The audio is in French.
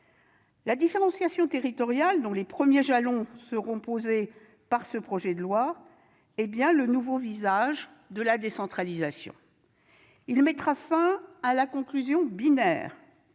La différenciation territoriale, dont les premiers jalons seront posés dans ce texte, est bien le nouveau visage de la décentralisation. Elle mettra fin à une conclusion binaire,